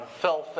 filth